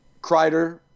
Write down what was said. Kreider